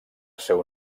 seu